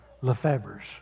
Lefebvre's